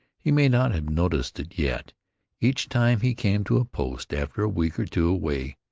he may not have noticed it, yet each time he came to a post, after a week or two away,